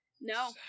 no